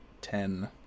ten